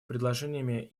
предложениями